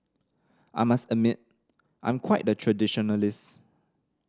I must admit I'm quite the traditionalist